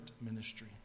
ministry